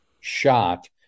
shot